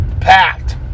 Packed